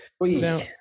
Now